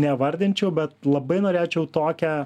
nevardinčiau bet labai norėčiau tokią